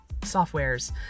softwares